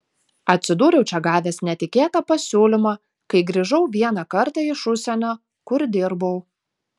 atsidūriau čia gavęs netikėtą pasiūlymą kai grįžau vieną kartą iš užsienio kur dirbau